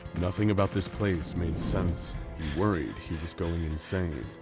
nothing about this place made sense. he worried he was going insane.